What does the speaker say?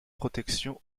protections